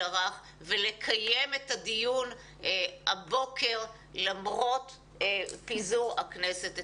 הרך ולקיים את הדיון הבוקר למרות פיזור הכנסת אתמול.